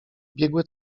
biegły